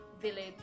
village